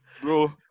Bro